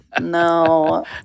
no